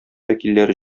вәкилләре